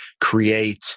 create